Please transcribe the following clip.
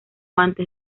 antes